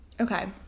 Okay